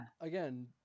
Again